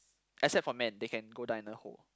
except for men they can go die in a hole